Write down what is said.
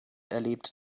erlebt